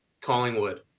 Collingwood